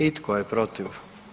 I tko je protiv?